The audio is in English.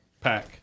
pack